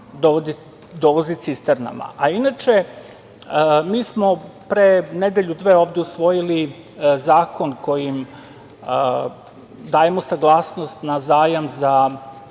dovozi cisternama. Inače, mi smo pre nedelju, dve ovde usvojili zakon kojim dajemo saglasnost na zajam za